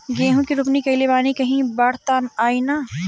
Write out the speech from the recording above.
गेहूं के रोपनी कईले बानी कहीं बाढ़ त ना आई ना?